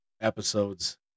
episodes